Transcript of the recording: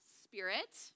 spirit